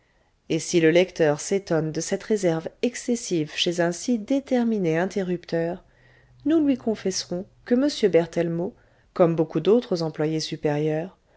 et si le lecteur s'étonne de cette réserve excessive chez un si déterminé interrupteur nous lui confesserons que m berthellemot comme beaucoup d'autres employés supérieurs